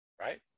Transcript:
right